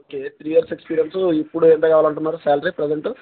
okay three years experience ఇప్పుడు ఏ ఎకా కావాలంటున్నారు సాలరీ ప్రజెంట్